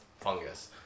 fungus